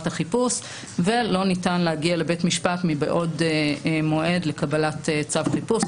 החיפוש ולא ניתן להגיע לבית משפט מבעוד מועד לקבלת צו חיפוש.